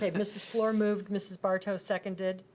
ah mrs. fluor moved, mrs. barto seconded,